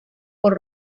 por